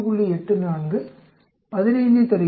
84 15ஐத் தருகிறது